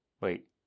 Wait